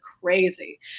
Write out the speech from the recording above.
crazy